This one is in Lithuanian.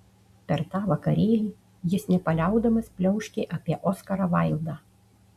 per tą vakarėlį jis nepaliaudamas pliauškė apie oskarą vaildą